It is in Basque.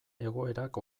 egoerak